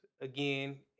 again